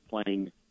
playing